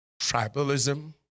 tribalism